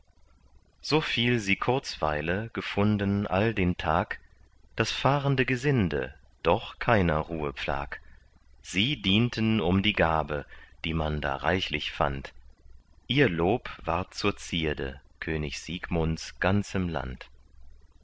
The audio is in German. so viel sie kurzweile gefunden all den tag das fahrende gesinde doch keiner ruhe pflag sie dienten um die gabe die man da reichlich fand ihr lob ward zur zierde könig siegmunds ganzem land